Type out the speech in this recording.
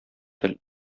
тел